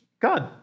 God